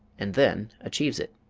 and then achieves it.